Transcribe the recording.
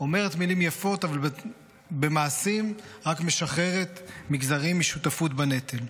אומרת מילים יפות אבל במעשים רק משחררת מגזרים משותפות בנטל.